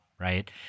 right